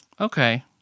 Okay